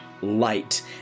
light